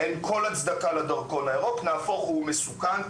אין כל הצדקה לדרכון הירוק, נהפוך הוא, הוא מסוכן.